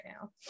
now